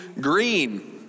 green